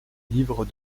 livre